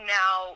now